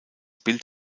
bild